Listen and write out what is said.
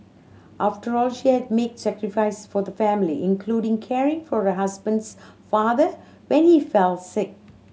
after all she had made sacrifice for the family including caring for her husband's father when he fell sick